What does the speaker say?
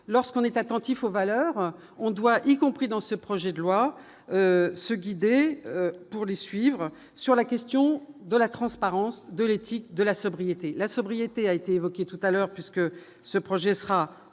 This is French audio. lorsqu'on est attentif aux valeurs on doit y compris dans ce projet de loi se guider pour les suivre sur la question de la transparence de l'éthique de la sobriété, la sobriété a été évoqué tout à l'heure, puisque ce projet sera